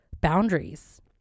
boundaries